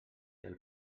del